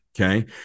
Okay